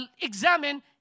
examine